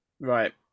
Right